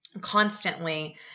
constantly